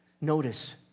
notice